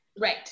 Right